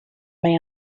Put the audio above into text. may